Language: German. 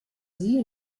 sie